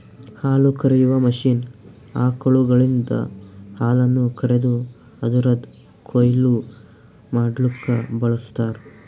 ಹಾಲುಕರೆಯುವ ಮಷೀನ್ ಆಕಳುಗಳಿಂದ ಹಾಲನ್ನು ಕರೆದು ಅದುರದ್ ಕೊಯ್ಲು ಮಡ್ಲುಕ ಬಳ್ಸತಾರ್